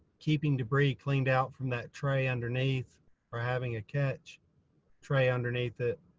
keeping debris cleaned out from that tray underneath or having a catch tray underneath it.